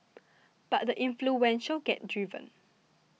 but the influential get driven